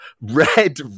red